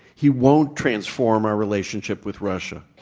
he won't transform our relationship with russia.